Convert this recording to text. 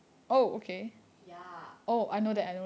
ya